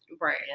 Right